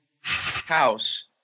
house